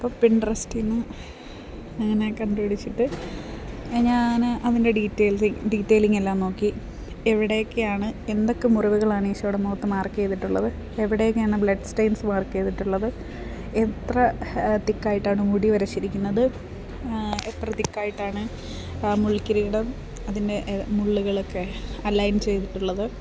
അപ്പം പിൻട്രസ്റ്റിൽ നിന്ന് അങ്ങനെ കണ്ടുപിടിച്ചിട്ട് ഞാൻ അതിൻ്റെ ഡീറ്റേയ്ൽസിങ്ങ് ഡീറ്റേയ്ലിങ്ങെല്ലാം നോക്കി എവിടെയൊക്കെയാണ് എന്തൊക്കെ മുറിവുകളാണ് ഈശോയുടെ മുഖത്ത് മാർക്ക് ചെയ്തിട്ടുള്ളത് എവിടെയൊക്കെയാണ് ബ്ലഡ് സ്റ്റെയ്ൻസ് മാർക്ക് ചെയ്തിട്ടുള്ളത് എത്ര തിക്കായിട്ടാണ് മുടി വരച്ചിരിക്കുന്നത് എത്ര തിക്കായിട്ടാണ് മുൾക്കിരീടം അതിൻ്റെ മുള്ളുകളെക്കെ അലൈൻ ചെയ്തിട്ടുള്ളത്